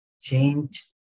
change